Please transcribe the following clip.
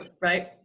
right